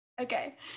Okay